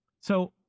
So-